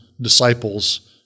disciples